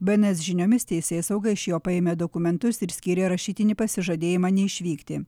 b n s žiniomis teisėsauga iš jo paėmė dokumentus ir skyrė rašytinį pasižadėjimą neišvykti